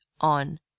on